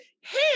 hey